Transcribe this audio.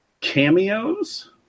cameos